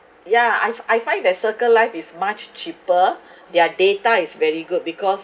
yeah I find I find that circle life is much cheaper their data is very good because